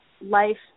life